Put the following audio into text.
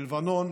בלבנון,